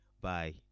Bye